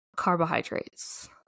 Carbohydrates